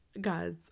Guys